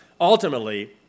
Ultimately